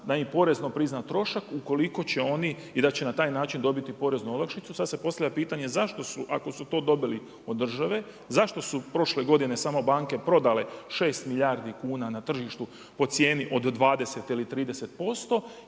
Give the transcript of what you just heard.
razumije./… prizna trošak ukoliko će oni i da će na taj način dobiti poreznu olakšicu. Sad se postavlja pitanje zašto su ako su to dobili od države, zašto su prošle godine samo banke prodale 6 milijardi kuna na tržištu po cijeni od 20 ili 30%.